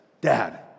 Dad